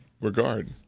regard